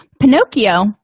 Pinocchio